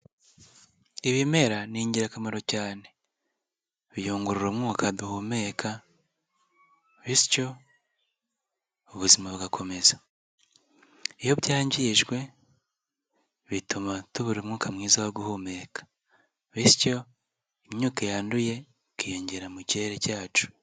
Ibimera ni ingirakamaro cyane, biyungurura umwuka duhumeka, bityo ubuzima bugakomeza. Iyo byangijwe bituma tubura umwuka mwiza wo guhumeka, bityo imyuka yanduye ikiyongera mu kirere cyacu.